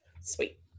Sweet